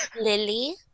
Lily